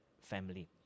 family